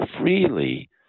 freely